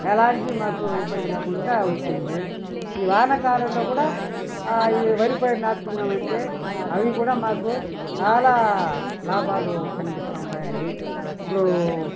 ఎలాంటి మాకు ఇబ్బంది లేకుండా వచ్చింది ఈ వానాకాలంలో కూడా ఈ వరి పైరు నాటుకున్నామంటే అవి కూడా మాకు చాలా లాభాలు కనిపిస్తూ ఉన్నాయండి ఇప్పుడూ